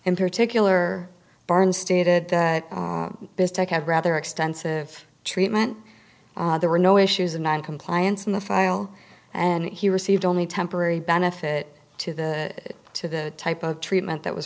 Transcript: in particular barn stated that have rather extensive treatment there were no issues of noncompliance in the file and he received only temporary benefit to the to the type of treatment that was